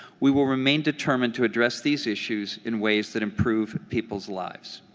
we will remain determined to address these issues in ways that improve people's lives.